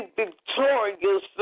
victorious